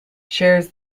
shares